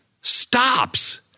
stops